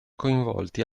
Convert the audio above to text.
coinvolti